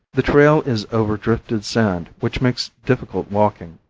the trail is over drifted sand which makes difficult walking.